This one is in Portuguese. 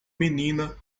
menina